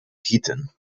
gieten